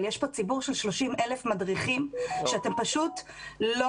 אבל יש פה ציבור של 30,000 מדריכים שאתם פשוט לא